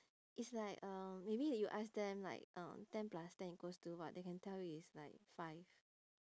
it's like uh maybe when you ask them like uh ten plus ten equals to what they can tell you is like five